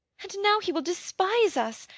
and now, he will despise us.